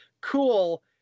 cool